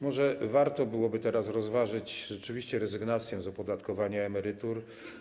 Może warto byłoby teraz rozważyć rzeczywiście rezygnację z opodatkowania emerytur.